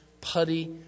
putty